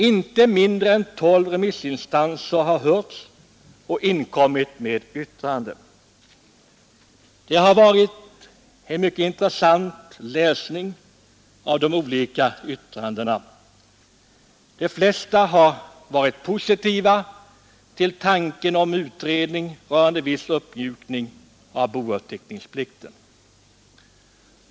Inte mindre än tolv remissinstanser har hörts och inkommit med yttrande. De olika yttrandena har varit en mycket intressant läsning. De flesta har varit positiva till tanken om utredning rörande viss uppmjukning av bouppteckningsplikten.